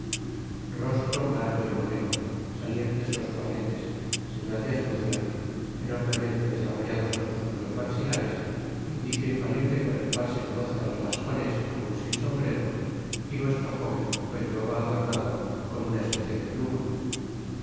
rostro largo y moreno salientes los juanetes señal de astucia enormemente desarrollados los músculos maxilares indicio infalible por el cual se conoce á los gascones aun sin sombrero y nuestro jóven lo llevaba adornado con una especie de pluma